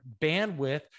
bandwidth